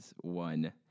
one